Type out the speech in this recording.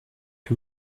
que